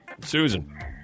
Susan